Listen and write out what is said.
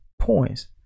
points